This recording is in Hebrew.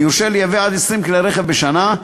ויורשה לייבא עד 20 כלי רכב בשנה.